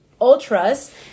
ultras